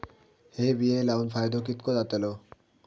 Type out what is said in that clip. हे बिये लाऊन फायदो कितको जातलो?